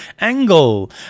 angle